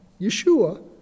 Yeshua